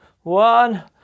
one